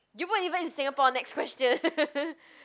you put even in Singapore next question